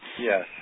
Yes